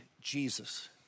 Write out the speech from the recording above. Jesus